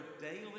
daily